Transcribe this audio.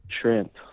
Shrimp